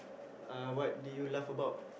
uh what did you laugh about